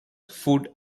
food